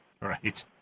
right